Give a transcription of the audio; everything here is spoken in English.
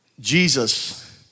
Jesus